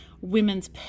women's